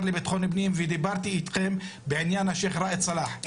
לביטחון פנים ודיברתי אתכם בעניין השייח' ראעד סלאח.